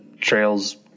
trail's